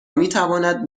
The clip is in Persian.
میتواند